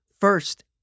first